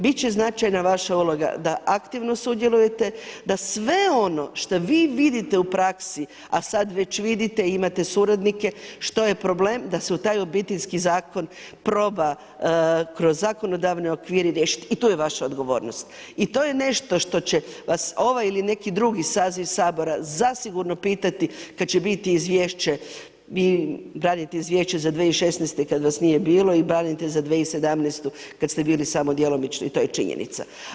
Bit će značajna vaša uloga da aktivno sudjelujete, da sve ono što vi vidite u praksi a sad već vidite, imate suradnike, što je problem, da se u taj Obiteljski zakon proba kroz zakonodavne okvire riješiti, i tu je vaša odgovornost i to je nešto što će vas ovaj ili neki drugi saziv Sabora zasigurno pitati kad će biti izvješće i raditi izvješće za 2016. kad vas nije bilo, i branite za 2017. kad ste bili samo djelomični i to je činjenica.